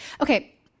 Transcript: Okay